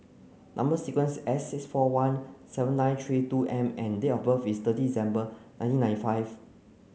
number sequence S six four one seven nine three two M and date of birth is third December nineteen ninety five